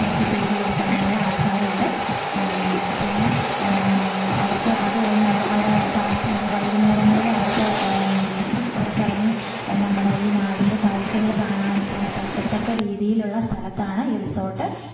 അവർക്ക് ചെയ്ത് കൊടുക്കാനുള്ള ആൾക്കാരും ഉണ്ട് പിന്നെ അവർക്ക് അത് കഴിഞ്ഞ് അവിടെ അവിടെ താമസം കഴിഞ്ഞ് വൈകുന്നേരങ്ങളിൽ അവർക്ക് പുറത്തിറങ്ങി നമ്മുടെയീ നാടിൻ്റെ കാഴ്ചകൾ കാണാൻ പറ്റത്തക്ക രീതിയിലുള്ള സ്ഥലത്താണ് ഈ റിസോട്ട്